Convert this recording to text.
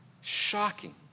Shocking